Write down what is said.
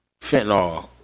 fentanyl